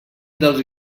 dels